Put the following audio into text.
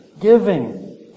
giving